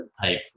type